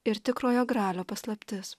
ir tikrojo gralio paslaptis